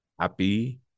Happy